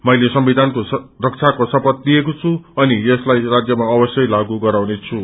मैले संविधानको रक्षाको शपय लिएको छु अनि यसलाइ राज्यमा अवश्यै लागू गराउनेछु